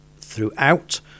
throughout